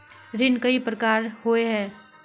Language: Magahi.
ऋण कई प्रकार होए है?